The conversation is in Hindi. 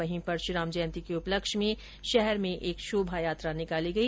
वहीं परश्राम जयंती के उपलक्ष्य मेँ शहर में एक शोभायात्रा निकाली गई